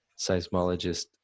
seismologist